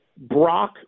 Brock